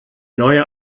neue